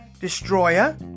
destroyer